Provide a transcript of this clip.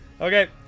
Okay